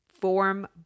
form